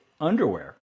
underwear